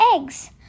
eggs